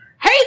Hey